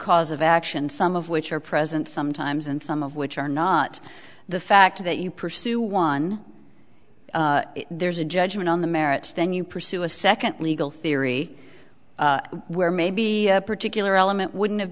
cause of action some of which are present sometimes and some of which are not the fact that you pursue one there's a judgment on the merits then you pursue a second legal theory where maybe a particular element wouldn't have